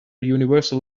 universal